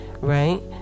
right